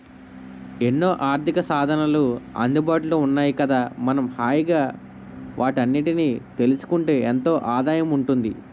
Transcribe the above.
ఎన్నో ఆర్థికసాధనాలు అందుబాటులో ఉన్నాయి కదా మనం హాయిగా వాటన్నిటినీ తెలుసుకుంటే ఎంతో ఆదాయం ఉంటుంది